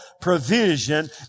provision